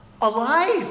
Alive